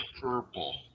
purple